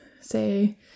say